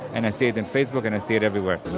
and i see it in facebook and i see it everywhere